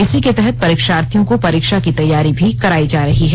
इसी के तहत परीक्षार्थियों को परीक्षा की तैयारी भी कराई जा रही है